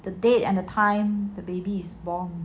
the date and time the baby is born